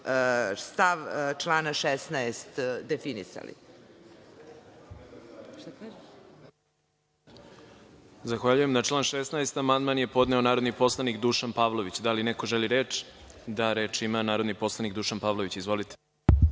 stav člana 16. definisali.